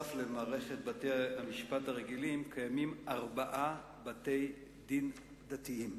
נוסף על מערכת בתי-המשפט הרגילים יש ארבעה בתי-דין דתיים: